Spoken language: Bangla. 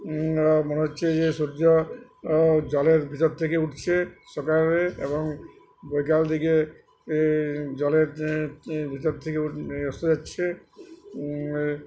মনে হচ্ছে যে সূর্য জলের ভিতর থেকে উঠছে সকালে এবং বৈকাল দিকে জলের ভিতর থেকে এসে যাচ্ছে